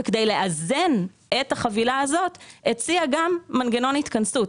וכדי לאזן את החבילה הזאת הציעה גם מנגנון התכנסות.